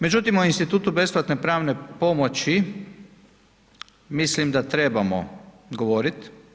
Međutim, o institutu besplatne pravne pomoći mislim da trebamo govoriti.